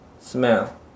smell